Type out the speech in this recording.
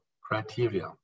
criteria